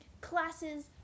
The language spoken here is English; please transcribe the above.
classes